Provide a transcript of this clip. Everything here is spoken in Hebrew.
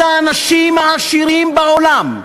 אחד האנשים העשירים בעולם,